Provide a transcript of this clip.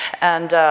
and,